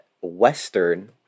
western